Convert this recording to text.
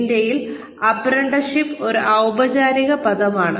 ഇന്ത്യയിൽ അപ്രന്റീസ്ഷിപ്പ് ഒരു ഔപചാരിക പദമാണ്